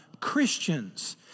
Christians